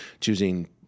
choosing